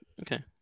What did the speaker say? Okay